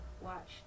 watch